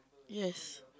yes